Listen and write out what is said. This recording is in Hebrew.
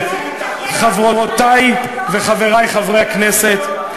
חברותי וחברי חברי הכנסת,